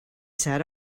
sat